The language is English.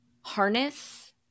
harness